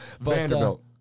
Vanderbilt